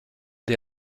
des